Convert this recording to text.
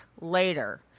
later